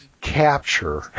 capture